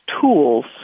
tools